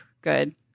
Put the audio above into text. good